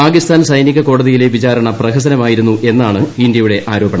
പാകിസ്ഥാൻ് സൈനിക കോടതിയിലെ വിചാരണ പ്രഹസനമായിരുന്നു എന്നാണ് ഇന്ത്യയുടെ ആരോ പണം